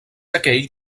aquell